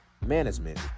management